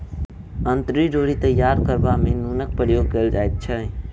अंतरी डोरी तैयार करबा मे नूनक प्रयोग कयल जाइत छै